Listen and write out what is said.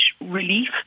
relief